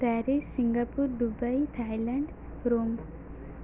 Paris Singapore Dubai Thailand Rome